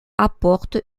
apporte